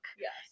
Yes